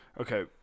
Okay